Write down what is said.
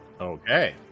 okay